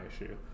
issue